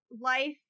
life